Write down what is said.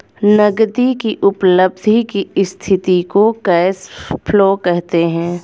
नगदी की उपलब्धि की स्थिति को कैश फ्लो कहते हैं